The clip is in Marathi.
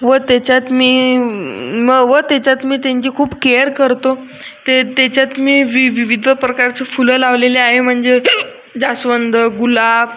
व त्याच्यात मी म व त्याच्यात मी त्यांची खूप केअर करतो ते तेच्यात मी वि विविध प्रकारची फुलं लावलेली आहे म्हणजे जास्वंद गुलाब